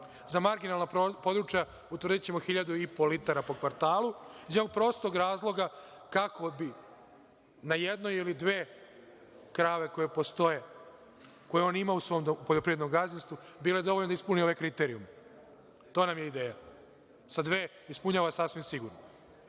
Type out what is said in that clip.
za marginalna područja, utvrdićemo 1.500 litara po kvartalu, iz jednog prostog razloga, kako bi jedna ili dve krave koje postoje, koje on ima u svom poljoprivrednom gazdinstvu, bile dovoljne da ispune ove kriterijume. To nam je ideja. Sa dve ispunjava sasvim sigurno. Što